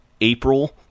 April